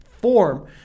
form